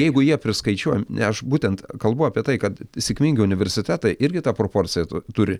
jeigu jie priskaičiuoja aš būtent kalbu apie tai kad sėkmingi universitetai irgi tą proporciją turi